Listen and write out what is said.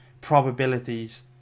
probabilities